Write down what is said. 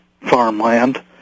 farmland